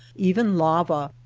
even lava,